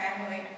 family